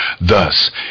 Thus